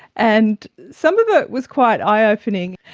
and some of it was quite eye ah opening,